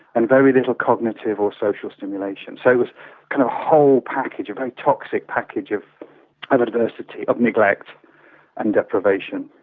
and very little cognitive or social stimulation. so it was a kind of whole package, a very toxic package of of adversity, of neglect and deprivation.